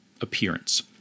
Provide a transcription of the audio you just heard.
appearance